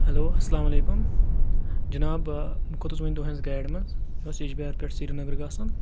hello اَسلام علیکُم جِناب بہٕ کھوٚتُس وۄنۍ تُہٕنٛز گاڑِ منٛز مےٚ اوس ییٚجبِیاری پؠٹھ سری نگر گژھُن